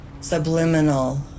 subliminal